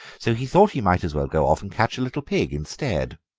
so he thought he might as well go off and catch a little pig instead.